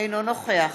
אינו נוכח